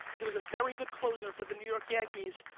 he was a very good closer for the new york yankees,